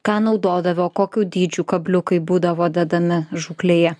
ką naudodavo kokių dydžių kabliukai būdavo dedami žūklėje